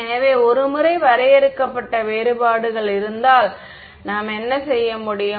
எனவே ஒரு முறை வரையறுக்கப்பட்ட வேறுபாடுகள் இருந்தால் நாம் என்ன செய்ய முடியும்